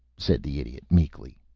said the idiot, meekly.